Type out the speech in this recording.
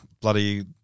bloody